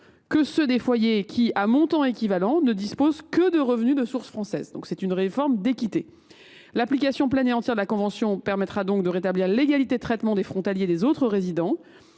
que ceux des foyers qui, à montants équivalents, ne disposent que de revenus de source française. Il s’agit donc d’une réforme d’équité. L’application pleine et entière de la convention permettra donc de rétablir l’égalité de traitement des frontaliers et des autres résidents.